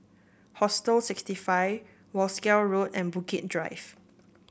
Hostel sixty five Wolskel Road and Bukit Drive